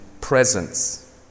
presence